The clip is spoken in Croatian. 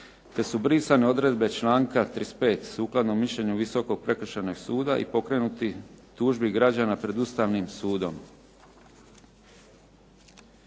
te su brisane odredbe članka 35. sukladno mišljenju visokog Prekršajnog suda i pokrenutih tužbi građana pred Ustavnim sudom.